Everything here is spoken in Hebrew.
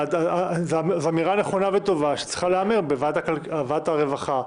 זאת אמירה נכונה וטובה שצריכה להיאמר בוועדת העבודה והרווחה,